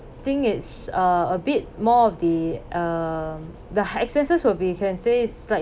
think it's uh a bit more of the uh the expenses will be if I can say is slightly